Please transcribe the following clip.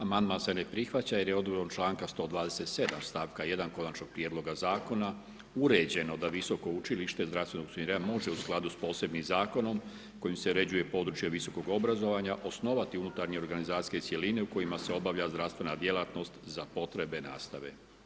Amandman se ne prihvaća jer je odredbom članka 127 stavka 1 konačnog prijedloga zakona uređeno da visoko učilište zdravstvenog usmjerenja može u skladu s posebnim zakonom kojim se uređuje područje visokog obrazovanja osnovati unutarnje organizacijske cjeline u kojima se obavlja zdravstvena djelatnost za potrebe nastave.